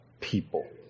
people